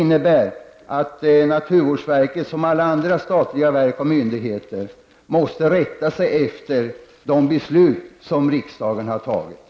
Det innebär att naturvårdsverket, som alla andra statliga verk och myndigheter, måste rätta sig efter de beslut som riksdagen har fattat.